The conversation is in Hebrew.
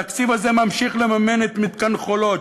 התקציב הזה ממשיך לממן את מתקן "חולות",